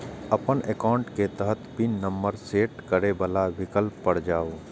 अपन एकाउंट के तहत पिन नंबर सेट करै बला विकल्प पर जाउ